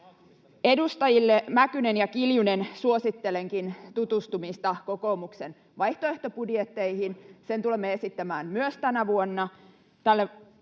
Edustajille Mäkynen ja Kiljunen suosittelenkin tutustumista kokoomuksen vaihtoehtobudjetteihin — sen tulemme esittämään myös tänä vuonna